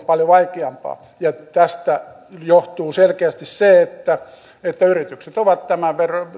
paljon vaikeampaa tästä johtuu selkeästi se että että yritykset ovat tämän